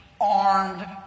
armed